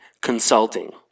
Consulting